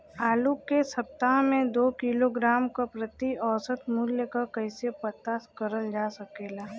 आलू के सप्ताह में दो किलोग्राम क प्रति औसत मूल्य क कैसे पता करल जा सकेला?